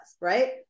right